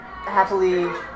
happily